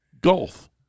golf